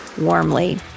warmly